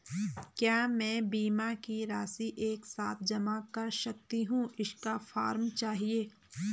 क्या मैं बीमा की राशि एक साथ जमा कर सकती हूँ इसका फॉर्म चाहिए?